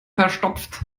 verstopft